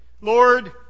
Lord